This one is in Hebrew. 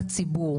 להתווכח.